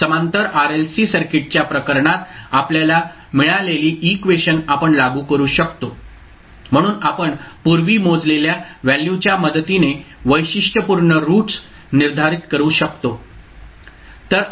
समांतर RLC सर्किटच्या प्रकरणात आपल्याला मिळालेली इक्वेशन आपण लागू करू शकतो म्हणून आपण पूर्वी मोजलेल्या व्हॅल्यूच्या मदतीने वैशिष्ट्यपूर्ण रूट्स निर्धारित करू शकतो